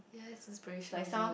ya it's inspirational dude